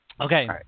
Okay